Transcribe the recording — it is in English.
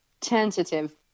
tentative